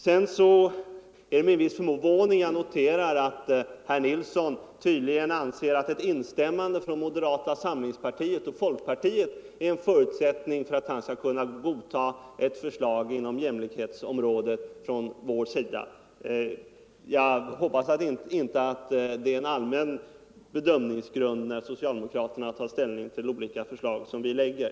Sedan är det med en viss förvåning jag noterar att herr Nilsson i Östersund tydligen anser att ett instämmande från moderata samlingspartiet och folkpartiet är en förutsättning för att han skall kunna godta ett förslag från oss på jämlikhetsområdet. Jag hoppas att det inte är någon allmän bedömningsgrund när socialdemokraterna tar ställning till de olika förslag som vi för fram.